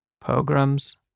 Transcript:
Pogroms